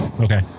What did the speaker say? okay